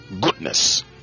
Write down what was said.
goodness